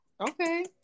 Okay